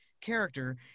character